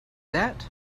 that